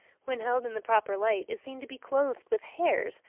when held in the proper light, is seen to be clothed with hairs,